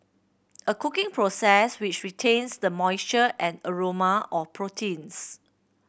a cooking process which retains the moisture and aroma of proteins